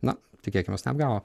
na tikėkimės neapgavo